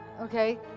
okay